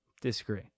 Disagree